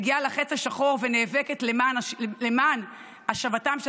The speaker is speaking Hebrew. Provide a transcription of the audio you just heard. מגיעה לחץ השחור ונאבקת למען השבתם של